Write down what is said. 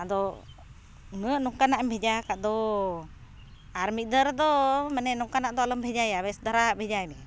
ᱟᱫᱚ ᱩᱱᱟᱹᱜ ᱱᱚᱝᱠᱟᱱᱟᱜ ᱮᱢ ᱵᱷᱮᱡᱟ ᱟᱠᱟᱫ ᱫᱚ ᱟᱨ ᱢᱤᱫ ᱫᱷᱟᱣ ᱨᱮᱫᱚ ᱢᱟᱱᱮ ᱱᱚᱝᱠᱟᱱᱟᱜ ᱫᱚ ᱟᱞᱚᱢ ᱵᱷᱮᱡᱟᱭᱟ ᱵᱮᱥ ᱫᱷᱟᱨᱟᱣᱟᱜ ᱵᱷᱮᱡᱟᱭᱢᱮ